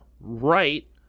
right